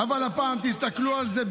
אבל הפעם תסתכלו על זה,